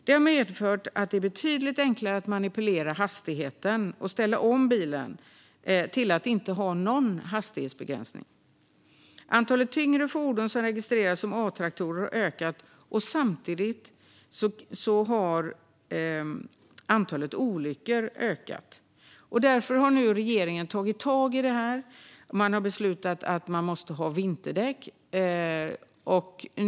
Det har medfört att det är betydligt enklare att manipulera hastigheten och ställa om bilen till att inte ha någon hastighetsbegränsning. Antalet tyngre fordon som registreras som A-traktorer har ökat. Samtidigt har antalet olyckor ökat. Därför har nu regeringen tagit tag i detta. Man har beslutat att fordonen måste ha vinterdäck.